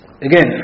again